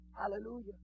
Hallelujah